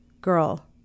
girl